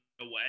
away